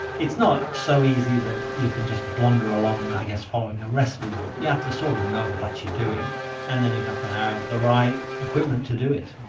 it's not so easy that you can just blunder along i guess following a recipe book, you have to sort of know what you're doing and then you have to have the right equipment to do it.